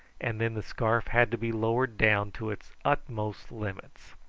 and then the scarf had to be lowered down to its utmost limits.